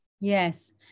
yes